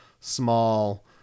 small